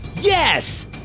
Yes